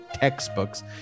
textbooks